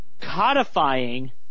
codifying